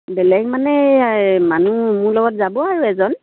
বেলেগ মানে এই মানুহ মোৰ লগত যাব আৰু এজন